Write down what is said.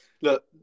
look